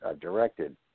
directed